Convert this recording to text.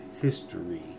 history